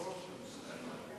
יחיא.